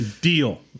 Deal